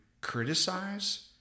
criticize